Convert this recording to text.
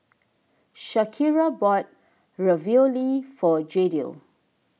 Shakira bought Ravioli for Jadiel